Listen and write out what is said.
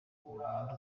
burundu